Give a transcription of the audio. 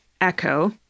echo